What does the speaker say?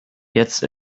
jetzt